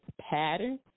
pattern